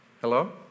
hello